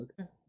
Okay